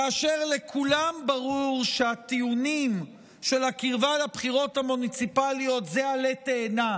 כאשר לכולם ברור שהטיעונים של הקרבה לבחירות המוניציפליות זה עלה תאנה